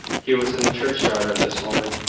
he was in the churchyard at this moment.